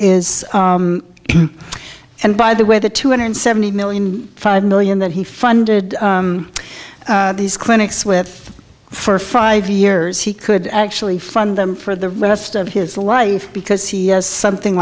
is and by the way the two hundred seventy million five million that he funded these clinics with for five years he could actually fund them for the rest of his life because he has something